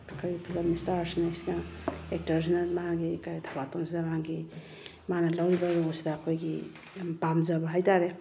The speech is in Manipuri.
ꯑꯩꯈꯣꯏꯒꯤ ꯐꯤꯂꯝ ꯏꯁꯇꯥꯔꯁꯤꯡꯉꯩꯁꯤꯅ ꯑꯦꯛꯇꯔꯁꯤꯅ ꯃꯥꯒꯤ ꯀꯔꯤ ꯊꯕꯥꯇꯣꯟꯁꯤꯗ ꯃꯥꯒꯤ ꯃꯥꯅ ꯂꯧꯔꯤꯕ ꯔꯣꯜꯁꯤꯗ ꯑꯩꯈꯣꯏꯒꯤ ꯌꯥꯝ ꯄꯥꯝꯖꯕ ꯍꯥꯏꯇꯥꯔꯦ